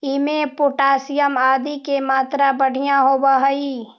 इमें पोटाशियम आदि के मात्रा बढ़िया होवऽ हई